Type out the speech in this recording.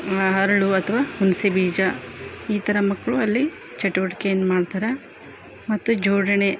ಆ ಹರಳು ಅಥ್ವಾ ಹುಣಸೆ ಬೀಜ ಈ ಥರ ಮಕ್ಕಳು ಅಲ್ಲಿ ಚಟುವಟಿಕೆಯನ್ನು ಮಾಡ್ತಾರೆ ಮತ್ತು ಜೋಡಣೆ